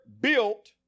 built